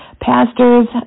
pastors